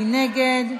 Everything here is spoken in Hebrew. מי נגד?